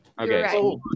Okay